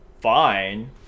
fine